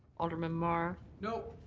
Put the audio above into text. alderman mar. no.